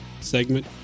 segment